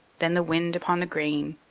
then the wind upon the grain,